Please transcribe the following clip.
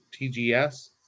TGS